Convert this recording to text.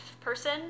person